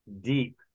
deep